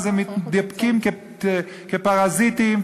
אז הם נדבקים כפרזיטים,